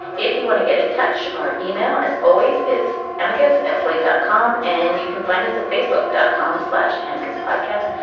if you want to get in touch our email as always is amicus at slate dot com. and you can find us at facebook dot com slash anarchist podcast.